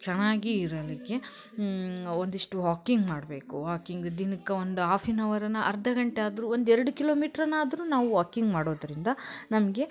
ಚೆನ್ನಾಗಿ ಇರಲಿಕ್ಕೆ ಒಂದಿಷ್ಟು ವಾಕಿಂಗ್ ಮಾಡಬೇಕು ವಾಕಿಂಗ್ ದಿನಕ್ಕೆ ಒಂದು ಹಾಫ್ ಆ್ಯನ್ ಅವರನ ಅರ್ಧ ಗಂಟೆ ಆದ್ರೂ ಒಂದು ಎರಡು ಕಿಲೋಮೀಟ್ರನಾದ್ರೂ ನಾವು ವಾಕಿಂಗ್ ಮಾಡೋದರಿಂದ ನಮಗೆ